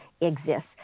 exists